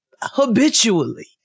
Habitually